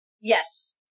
Yes